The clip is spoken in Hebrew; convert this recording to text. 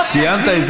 ציינת,